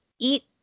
eat